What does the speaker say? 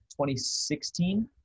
2016